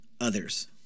others